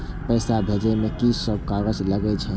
पैसा भेजे में की सब कागज लगे छै?